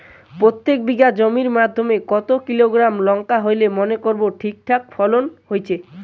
প্রত্যেক বিঘা জমির মইধ্যে কতো কিলোগ্রাম লঙ্কা হইলে মনে করব ঠিকঠাক ফলন হইছে?